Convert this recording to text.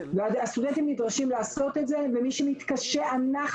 הסטודנטים נדרשים לעשות זאת ומי שמתקשה אנחנו